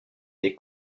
des